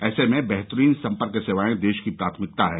ऐसे में बेहतरीन संपर्क सेवाएं देश की प्राथमिकता हैं